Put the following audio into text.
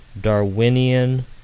Darwinian